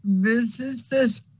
businesses